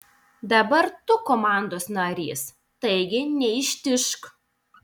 dabar tu komandos narys taigi neištižk